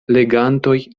legantoj